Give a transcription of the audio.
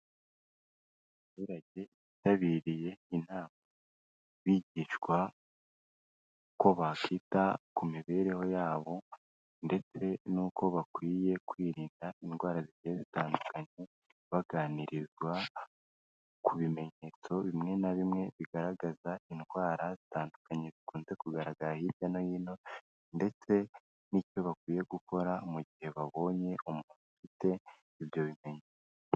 Abaturage bitabiriye inama bigishwa uko bakita ku mibereho yabo ndetse n'uko bakwiye kwirinda indwara zigiye zitandukanye, baganirizwa ku bimenyetso bimwe na bimwe bigaragaza indwara zitandukanye zikunze kugaragara hirya no hino ndetse n'icyo bakwiye gukora mu gihe babonye umuntu ufite ibyo bimenyetso.